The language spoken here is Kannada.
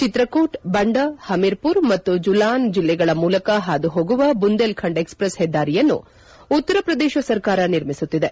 ಚಿತ್ರಕೂಟ್ ಬಂಡಾ ಪಮೀರ್ ಪುರ್ ಮತ್ತು ಜೂಲಾನ್ ಜಿಲ್ಲೆಗಳ ಮೂಲಕ ಪಾದು ಹೋಗುವ ಬುಂದೇಲ್ ಖಂಡ್ ಎಕ್ಸ್ ಪ್ರೆಸ್ ಹೆದ್ದಾರಿಯನ್ನು ಉತ್ತರ ಪ್ರದೇಶ ಸರ್ಕಾರ ನಿರ್ಮಿಸುತ್ತಿದೆ